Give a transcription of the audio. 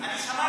אדוני השר,